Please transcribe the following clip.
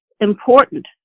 important